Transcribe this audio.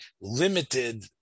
limited